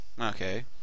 Okay